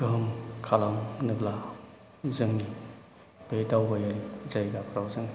गोहोम खालामनोब्ला जोंनि बे दावबायारि जायगाफ्राव जों